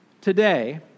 Today